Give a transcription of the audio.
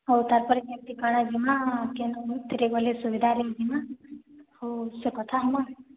ହଉ ତାପରେ କେମତି କାଣା ଜିମା କେନ୍ ଭିତରେ ଗଲେ ସୁବିଧାରେ ରହିମା ହଉ ସେ କଥା ହମା